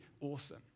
awesome